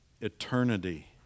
eternity